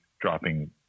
dropping